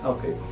Okay